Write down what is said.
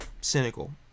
cynical